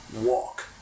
Walk